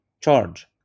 charge